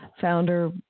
founder